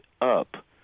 up